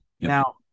Now